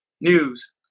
news